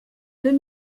deux